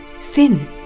thin